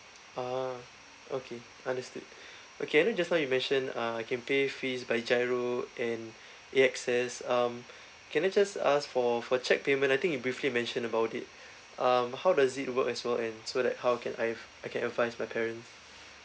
ah okay understood okay then just now you mentioned uh you can pay fees by giro and A_S_X um can I just ask for for cheque payment I think you briefly mentioned about it um how does it work as well and so that how can I've I can advise my parent